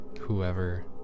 whoever